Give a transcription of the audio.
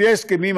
לפי ההסכמים,